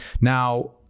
Now